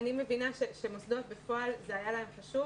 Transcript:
אני מבינה שלמוסדות זה היה חשוב.